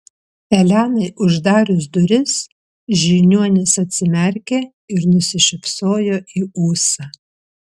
elenai uždarius duris žiniuonis atsimerkė ir nusišypsojo į ūsą